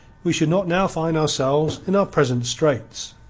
we should not now find ourselves in our present straits.